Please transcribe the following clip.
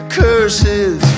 curses